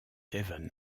devon